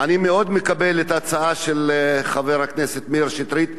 אני מאוד מקבל את ההצעה של חבר הכנסת מאיר שטרית.